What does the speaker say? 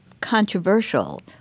controversial